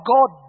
God